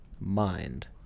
mind